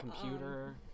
Computer